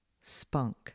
spunk